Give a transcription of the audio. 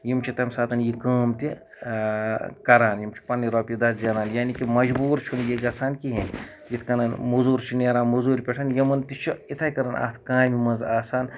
یِم چھِ تَمہِ ساتن یہِ کٲم تہِ کران یِم چھِ پَنٕنہِ رۄپیہِ دہ زینان یعنی کہِ مَجبوٗر چھُنہٕ یہِ گژھان کِہینۍ نہٕ یِتھ کَنۍ موزوٗر چھُ نیران موزوٗر پٮ۪ٹھ یِمن تہِ چھُ یِتھٕے کَنۍ اَتھ کامہِ منٛز آسان